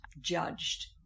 judged